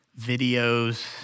videos